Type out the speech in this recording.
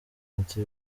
ati